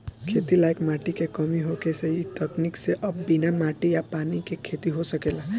खेती लायक माटी के कमी होखे से इ तकनीक से अब बिना माटी आ पानी के खेती हो सकेला